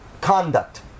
conduct